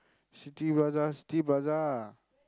City Plaza City Plaza ah